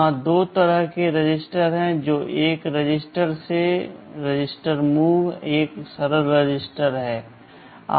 यहाँ दो तरह के रजिस्टर हैं जो एक रजिस्टर से रजिस्टर मूव एक सरल रजिस्टर है